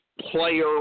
player